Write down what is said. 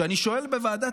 כשאני שואל בוועדת